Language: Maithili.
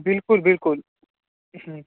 बिलकुल बिलकुल हूँ